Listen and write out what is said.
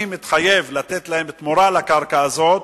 מתחייב לתת להם תמורה על הקרקע הזאת,